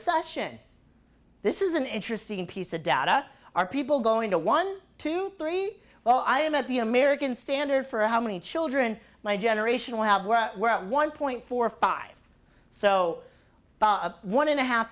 session this is an interesting piece of data are people going to one two three well i am at the american standard for how many children my generation will have where we're at one point four five so one and a half